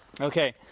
okay